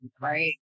right